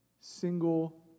single